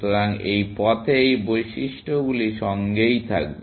সুতরাং এই পথে এই বৈশিষ্ট্যগুলি সঙ্গেই থাকবে